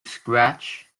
scratch